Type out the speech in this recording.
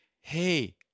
hey